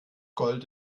gold